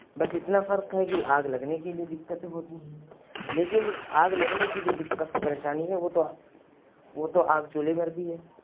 بس اتنا فرق ہے کہ آگ لگنے کے لیے دقتیں ہوتی ہیں لیکن آگ لگنے کی جو دقت پریشانی ہے وہ تو وہ تو آگ چولھے پر بھی ہے